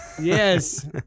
Yes